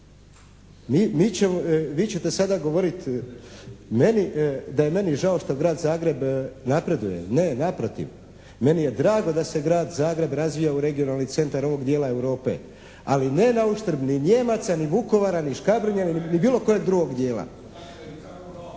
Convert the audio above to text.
Vi ćete sada govoriti meni da je meni žao što Grad Zagreb napreduje. Ne, naprotiv. Meni je drago da se Grad Zagreb razvija u regionalni centar ovog dijela Europe, ali ne na uštrb ni Nijemaca, ni Vukovara, ni Škabrnje ni bilo kojeg drugog dijela.